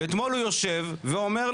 ואתמול הוא יושב ואומר,